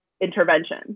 intervention